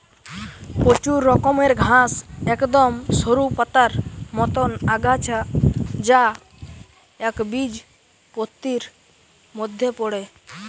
প্রচুর রকমের ঘাস একদম সরু পাতার মতন আগাছা যা একবীজপত্রীর মধ্যে পড়ে